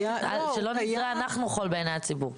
שלא נזרה אנחנו חול בעיני הציבור.